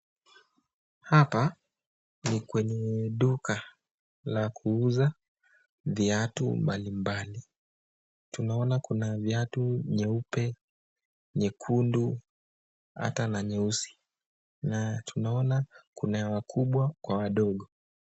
Hapa ni kwenye duka la kuuza viatu mbali mbali tunaona kuna viatu nyeupe, nyekundu, hata na nyeusi na tunaona kuna ya wakubwa kwa wadogo.